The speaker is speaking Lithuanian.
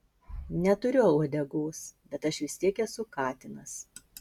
neturiu uodegos bet aš vis tiek esu katinas